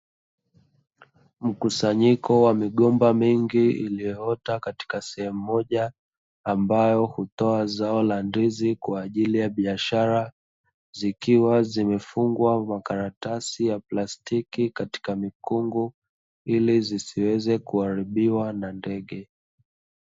Mkusanyiko wa migomba mingi iliyoota katika sehemu moja, ambao utoa zao la ndizi kwa ajili ya biashara. Zikiwa zimefungwa kwa karatasi ya plastiki katika mikungu, ili zisiweze kuharibiwa na ndege.